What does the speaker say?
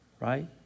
right